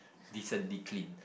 decently clean